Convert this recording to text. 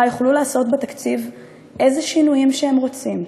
יוכלו לעשות בתקציב איזה שינויים שהם רוצים,